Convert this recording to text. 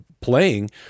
playing